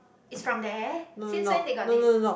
it's from there since when they got this